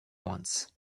wants